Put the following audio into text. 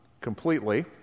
completely